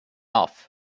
off